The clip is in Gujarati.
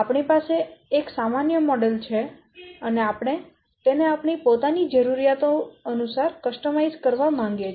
આપણી પાસે એક સામાન્ય મોડેલ છે અને આપણે તેને આપણી પોતાની જરૂરિયાતો અનુસાર કસ્ટમાઇઝ કરવા માંગીએ છીએ